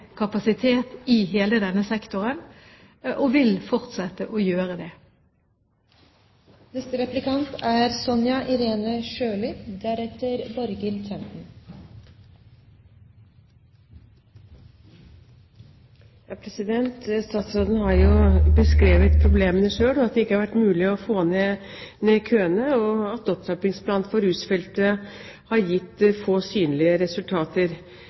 og vil fortsette å gjøre det. Statsråden har beskrevet problemene selv: det har ikke vært mulig å få ned køene, og opptrappingsplanen for rusfeltet har gitt få synlige resultater,